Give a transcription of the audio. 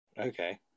Okay